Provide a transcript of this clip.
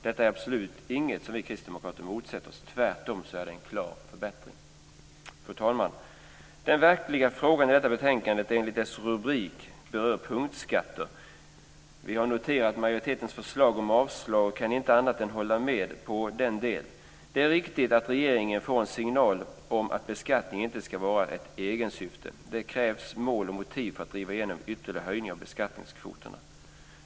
Detta är absolut inget som vi kristdemokrater motsätter oss. Detta är tvärtom en klar förbättring. Fru talman! Enligt rubriken på detta betänkande handlar det om punktskatter. Vi har noterat att majoriteten avstyrker förslaget och kan inte annat än hålla med. Det är riktigt att regeringen får en signal om att beskattning inte ska vara ett eget syfte. Det krävs mål och motiv för att driva genom ytterligare höjningar av beskattningskvoterna.